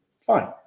fine